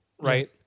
right